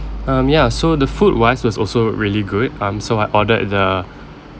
um ya so the food-wise was also really good um so I ordered the